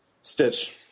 Stitch